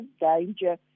danger